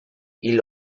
hil